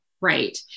Right